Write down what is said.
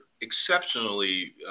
exceptionally